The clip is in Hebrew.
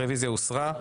הרוויזיה הוסרה.